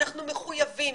אנחנו מחויבים,